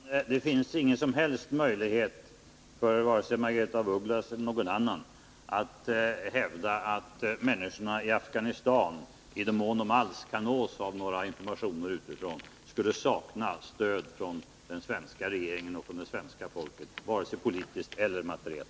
Herr talman! Det finns ingen som helst grund för Margaretha af Ugglas eller någon annan att hävda att människorna i Afghanistan —i den mån de alls kan nås av några informationer utifrån — skulle sakna vare sig politiskt eller materiellt stöd från den svenska regeringen och från det svenska folket.